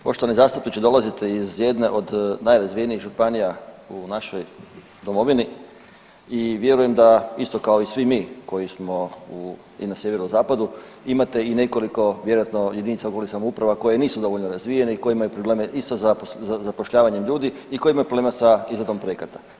Poštovani zastupniče, dolazite iz jedne od najrazvijenijih županija u našoj domovini i vjerujem da isto kao i svi mi koji smo i na sjeverozapadu imate i nekoliko vjerojatno jedinica lokalnih samouprava koje nisu dovoljno razvijene i kojima je problem i sa zapošljavanjem ljudi i koji imaju problema sa izradom projekata.